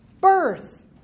birth